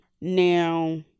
Now